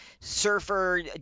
Surfer